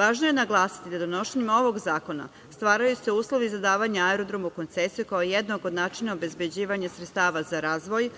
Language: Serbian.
Važno je naglasiti da donošenjem ovog zakona stvaraju se uslovi za davanje aerodroma u koncesije, koja je jedna od načina obezbeđivanja sredstava za razvoj,